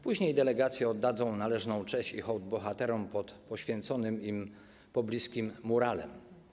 Później delegacje oddadzą należną cześć i hołd bohaterom pod poświęconym im pobliskim muralem.